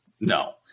no